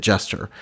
Jester